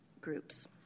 groups